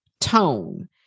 tone